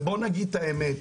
ובוא נגיד את האמת,